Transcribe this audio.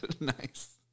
Nice